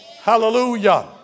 Hallelujah